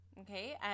okay